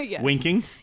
Winking